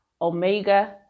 Omega